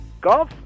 golf